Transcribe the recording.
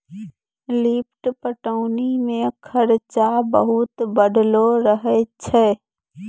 lift पटौनी मे खरचा बहुत बढ़लो रहै छै